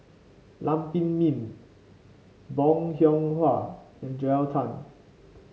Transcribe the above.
Lam Pin Min Bong Hiong Hwa and Joel Tan